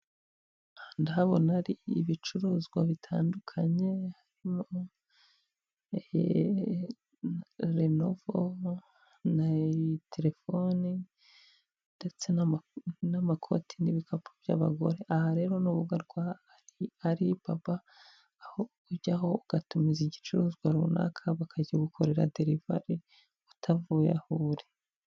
Aha ndahabona hari ibicuruzwa bitandukanye, renovo na telefoni ndetse n'amakoti n'ibikapu by'abagore. Aha rero ni urubuga rwa ari baba aho ujyaho ugatumiza igicuruzwa runaka bakajya bagukorera derivari utavuye aho uri.